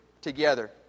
together